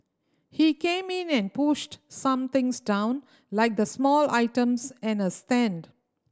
he came in and pushed some things down like the small items and a stand